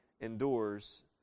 endures